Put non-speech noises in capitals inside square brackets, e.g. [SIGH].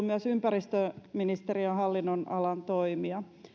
[UNINTELLIGIBLE] myös ympäristöministeriön hallinnonalan toimia